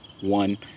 one